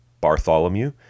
Bartholomew